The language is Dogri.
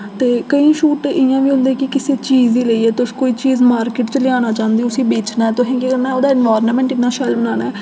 ते केईं शूट इ'यां बी होंदे कि किसी चीज गी लेइयै तुस कोई चीज मार्किट च लेआना चांह्दे उस्सी बेचना तुसें केह् करना उदा इंवायरनमैंट इन्ना शैल बनाना ऐ